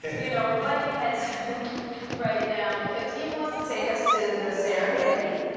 you know, we're butting heads right now, because he wants to take us to the serengeti,